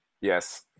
yes